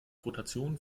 rotation